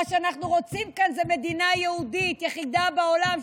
מה שאנחנו רוצים כאן זה מדינה יהודית יחידה בעולם,